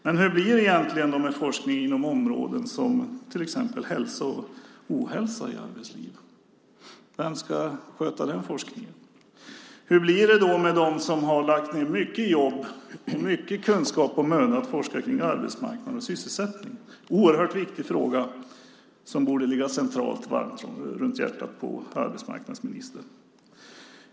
Men hur blir det egentligen med forskning inom områden som hälsa och ohälsa i arbetslivet? Vem ska sköta den forskningen? Hur blir det med dem som har lagt ned mycket jobb, mycket kunskap och möda, på att forska kring arbetsmarknad och sysselsättning? Det är en oerhört viktig fråga som borde ligga centralt runt hjärtat på arbetsmarknadsministern.